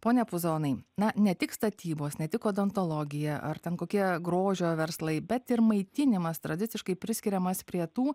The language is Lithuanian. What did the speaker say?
pone puzonai na ne tik statybos ne tik odontologija ar ten kokie grožio verslai bet ir maitinimas tradiciškai priskiriamas prie tų